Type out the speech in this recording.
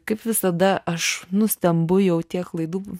kaip visada aš nustembu jau tiek laidų